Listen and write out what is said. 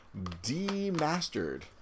demastered